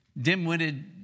dim-witted